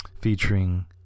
featuring